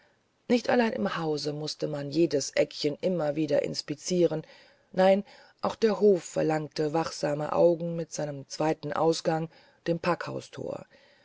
nicht allein im hause mußte man jedes eckchen immer wieder inspizieren nein auch der hof verlangte wachsame augen mit seinem zweiten ausgang dem packhausthor